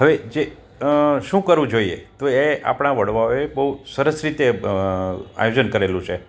હવે જે શું કરવું જોઈએ તો એ આપણા વડવાઓએ બહુ સરસ રીતે આયોજન કરેલું છે